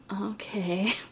okay